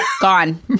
Gone